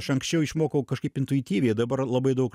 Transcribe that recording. aš anksčiau išmokau kažkaip intuityviai dabar labai daug